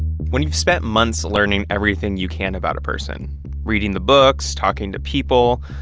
when you've spent months learning everything you can about a person reading the books, talking to people,